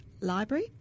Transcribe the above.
Library